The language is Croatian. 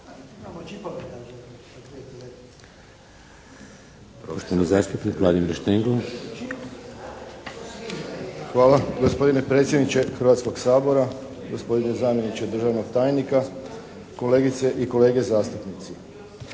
vam gospodine predsjedniče Hrvatskog sabora, gospodine zamjeniče državnog tajnika, kolegice i kolege zastupnici.